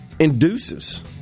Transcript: induces